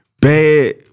bad